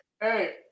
hey